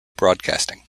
broadcasting